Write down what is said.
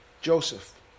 Joseph